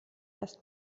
erst